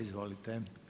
Izvolite.